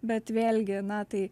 bet vėlgi na tai